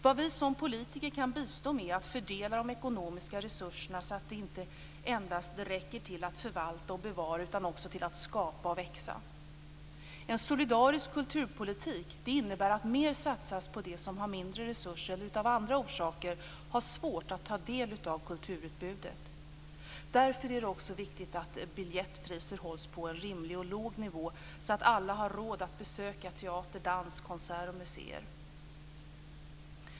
Vad vi som politiker kan bistå med är att fördela de ekonomiska resurserna så att de inte endast räcker till att förvalta och bevara utan också till att skapa och växa. En solidarisk kulturpolitik innebär att mer satsas på dem som har mindre resurser eller som av andra orsaker har svårt att ta del av kulturutbudet. Därför är det också viktigt att biljettpriser hålls på en rimlig och låg nivå. Alla skall ha råd att besöka teater, dans, konserter och museer.